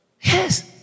Yes